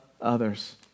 others